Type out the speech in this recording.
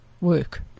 work